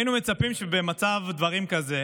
היינו מצפים שבמצב דברים כזה